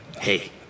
Hey